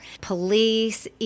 police